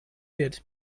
wird